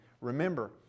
remember